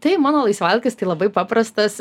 tai mano laisvalaikis tai labai paprastas